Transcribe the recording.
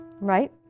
right